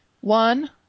One